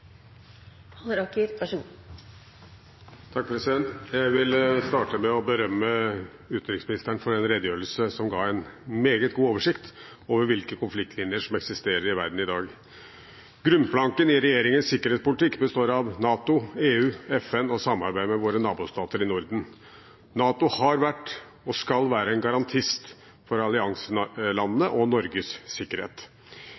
Jeg vil starte med å berømme utenriksministeren for en redegjørelse som ga en meget god oversikt over hvilke konfliktlinjer som eksisterer i verden i dag. Grunnplanken i regjeringens sikkerhetspolitikk består av NATO, EU, FN og samarbeidet med våre nabostater i Norden. NATO har vært og skal være en garantist for allianselandenes og Norges sikkerhet.